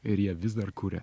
ir jie vis dar kuria